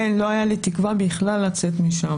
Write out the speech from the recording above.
אין, לא הייתה לי בכלל תקווה לצאת משם.